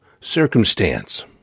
circumstance